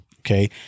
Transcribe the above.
Okay